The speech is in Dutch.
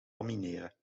lamineren